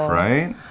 right